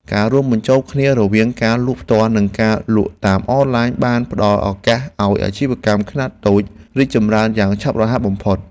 ការរួមបញ្ចូលគ្នារវាងការលក់ផ្ទាល់ និងការលក់តាមអនឡាញបានផ្ដល់ឱកាសឱ្យអាជីវកម្មខ្នាតតូចរីកចម្រើនយ៉ាងឆាប់រហ័សបំផុត។